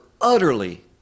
utterly